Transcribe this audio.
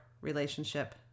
relationship